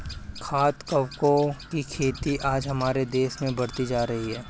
खाद्य कवकों की खेती आज हमारे देश में बढ़ती जा रही है